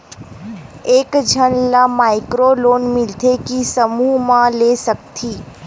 एक झन ला माइक्रो लोन मिलथे कि समूह मा ले सकती?